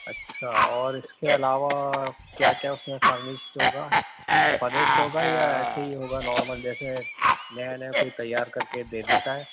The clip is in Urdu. اچھا اور اس کے علاوہ کیا کیا اس میں فرنشڈ ہوگا فرنشڈ ہوگا یا ایسے ہی ہوگا نارمل جیسے نیا نیا کوئی تیار کر کے دے دیتا ہے